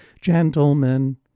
gentlemen